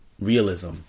realism